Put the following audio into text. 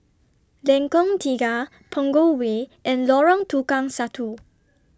Lengkong Tiga Punggol Way and Lorong Tukang Satu